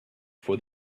for